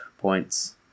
points